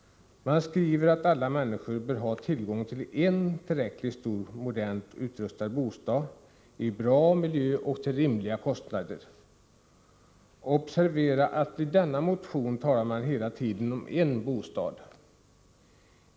Man skriver att alla människor bör ha tillgång till en tillräckligt stor modernt utrustad bostad i bra miljö och till rimliga kostnader. Observera att man i denna motion hela tiden talar om en bostad.